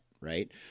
Right